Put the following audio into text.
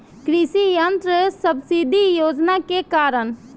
कृषि यंत्र सब्सिडी योजना के कारण?